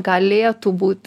galėtų būt